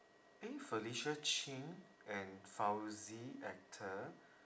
eh felicia chin and fauzie actor